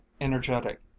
energetic